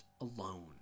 alone